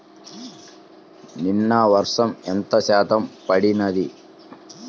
నిన్న వర్షము ఎంత శాతము పడినది?